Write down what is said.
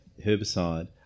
herbicide